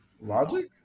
Logic